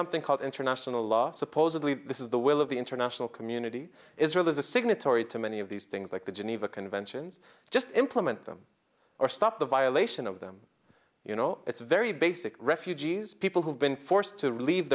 something called international law supposedly this is the will of the international community israel is a signatory to many of these things like the geneva conventions just implement them or stop the violation of them you know it's very basic refugees people who've been forced to leave